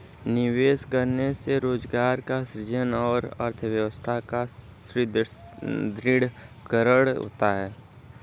निवेश करने से रोजगार का सृजन और अर्थव्यवस्था का सुदृढ़ीकरण होता है